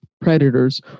predators